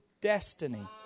destiny